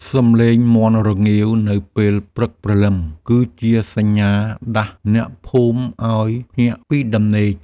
សំឡេងមាន់រងាវនៅពេលព្រឹកព្រលឹម គឺជាសញ្ញាដាស់អ្នកភូមិឱ្យភ្ញាក់ពីដំណេក។